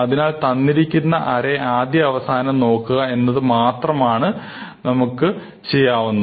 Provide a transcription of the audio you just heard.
അതിനാൽ തന്നിരിക്കുന്ന അറേ ആദ്യാവസാനം നോക്കുക എന്നത് മാത്രമാണ് നമുക്ക് ചെയ്യാവുന്നത്